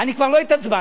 אני כבר לא התעצבנתי.